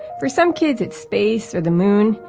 for some kids it's space, or the moon.